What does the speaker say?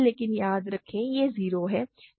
लेकिन याद रखें यह 0 है